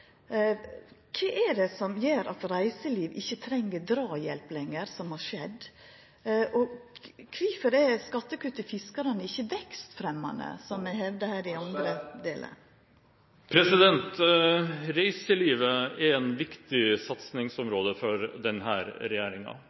Kva er det som gjer at reiseliv ikkje trenger draghjelp lenger, og kvifor er skattekutt til fiskarane ikkje vekstfremmande, som det er hevda? Reiselivet er et viktig satsingsområde for